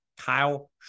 Kyle